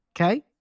Okay